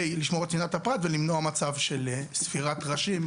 לשמור את צנעת הפרט ולמנוע מצב של ספירת ראשים.